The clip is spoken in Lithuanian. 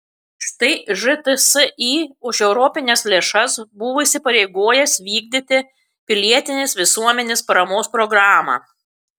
štai žtsi už europines lėšas buvo įsipareigojęs vykdyti pilietinės visuomenės paramos programą